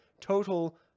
Total